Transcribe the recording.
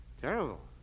terrible